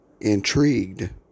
intrigued